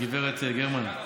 הגברת גרמן,